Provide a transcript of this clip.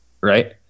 right